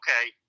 okay